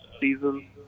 season